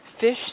Fish